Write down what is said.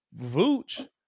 Vooch